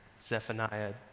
Zephaniah